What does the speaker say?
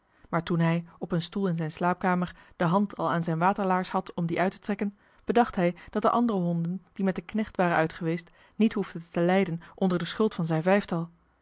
maar toen hij op een stoel in zijn slaapkamer de hand al aan zijn waterlaars had om die uit te trekken bedacht hij dat de andere honden die met den knecht waren uitgeweest niet hoefden te lijden onder de schuld van zijn vijftal